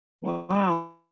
Wow